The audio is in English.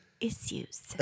issues